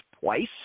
twice